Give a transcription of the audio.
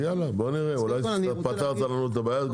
בוא נראה, אולי פתרת לנו את הבעיה.